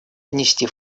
внести